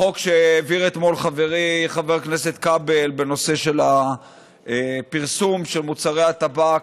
החוק שהעביר אתמול חברי חבר הכנסת כבל בנושא של הפרסום של מוצרי הטבק,